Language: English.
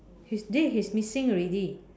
he's dead he's missing already